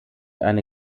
eine